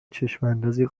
چشماندازی